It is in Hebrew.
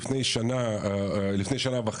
לפני שנה וחצי,